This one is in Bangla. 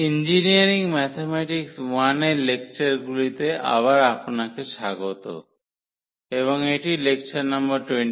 ইঞ্জিনিয়ারিং ম্যাথমেটিক্স I এর লেকচারগুলিতে আবার আপনাকে স্বাগতম এবং এটি লেকচার নম্বর 26